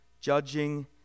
Judging